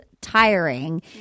tiring